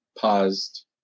paused